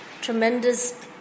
tremendous